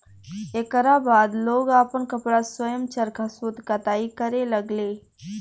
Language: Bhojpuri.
एकरा बाद लोग आपन कपड़ा स्वयं चरखा सूत कताई करे लगले